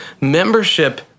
membership